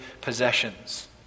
possessions